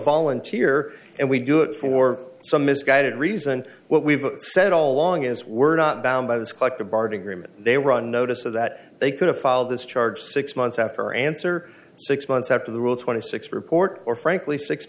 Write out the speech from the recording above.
volunteer and we do it for some misguided reason what we've said all along is we're not bound by this collective bargaining agreement they were on notice of that they could have filed this charge six months after answer six months after the rule twenty six report or frankly six